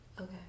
Okay